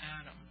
Adam